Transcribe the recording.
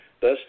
Thus